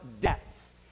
debts